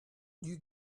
you